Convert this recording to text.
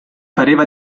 pareva